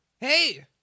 hey